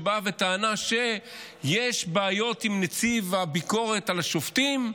שבאה וטענה שיש בעיות עם נציב הביקורת על השופטים,